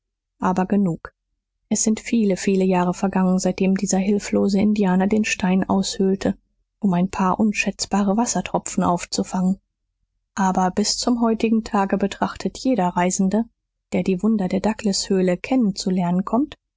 aber genug es sind viele viele jahre vergangen seitdem dieser hilflose indianer den stein aushöhlte um ein paar unschätzbare wassertropfen aufzufangen aber bis zum heutigen tage betrachtet jeder reisende der die wunder der douglas höhle kennen zu lernen kommt